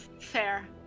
fair